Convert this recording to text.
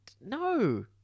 no